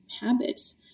habits